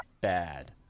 bad